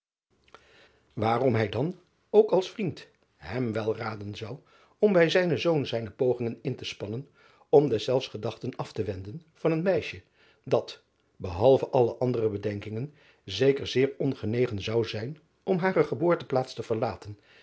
aarom hij dan ook als vriend hem wel raden zou om bij zijnen zoon zijne driaan oosjes zn et leven van aurits ijnslager pogingen in te spannen om deszelfs gedachten af te wenden van een meisje dat behalve alle andere bedenkingen zeker zeer ongenegen zou zijn om hare geboorteplaats te verlaten